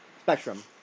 spectrum